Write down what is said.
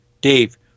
Dave